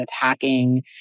attacking